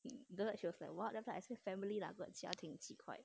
don't like she was like what so I say family ah but 家庭鸡块